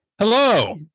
Hello